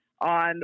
on